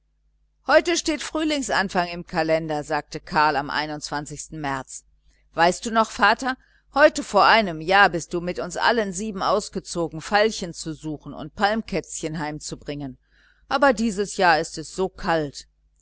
heute steht frühlingsanfang im kalender sagte karl am märz weißt du noch vater heute vor einem jahr bist du mit uns allen sieben ausgezogen veilchen zu suchen und palmkätzchen heim zu bringen aber dieses jahr ist es so kalt